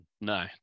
No